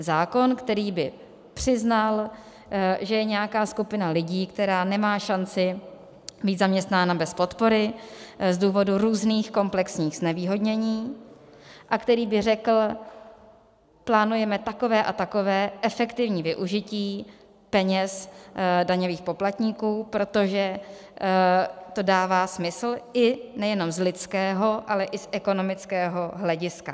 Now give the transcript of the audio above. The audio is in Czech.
Zákon, který by přiznal, že je nějaká skupina lidí, která nemá šanci být zaměstnána bez podpory z důvodu různých komplexních znevýhodněn a který by řekl: plánujeme takové a takové efektivní využití peněz daňových poplatníků, protože to dává smysl, i nejenom z lidského, ale i z ekonomického hlediska.